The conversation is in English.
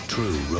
True